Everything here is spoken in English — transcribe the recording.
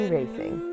Racing